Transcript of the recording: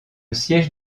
siège